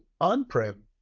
on-prem